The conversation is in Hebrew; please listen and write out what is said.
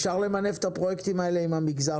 אפשר למנף את הפרויקטים האלה עם המגזר